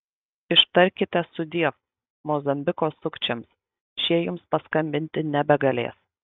ištarkite sudiev mozambiko sukčiams šie jums paskambinti nebegalės